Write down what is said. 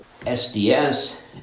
SDS